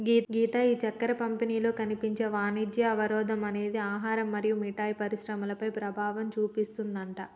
గీత ఈ చక్కెర పంపిణీలో కనిపించే వాణిజ్య అవరోధం అనేది ఆహారం మరియు మిఠాయి పరిశ్రమలపై ప్రభావం చూపిస్తుందట